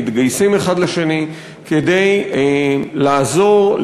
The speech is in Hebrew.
מתגייסים כדי לעזור,